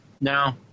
no